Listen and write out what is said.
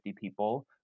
people